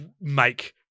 make